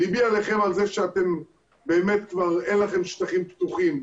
ליבי עליכם על זה שבאמת כבר אין לכם שטחים פתוחים.